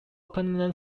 permanent